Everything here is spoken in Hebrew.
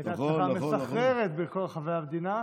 שהייתה הצלחה מסחררת בכל רחבי המדינה.